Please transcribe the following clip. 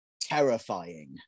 terrifying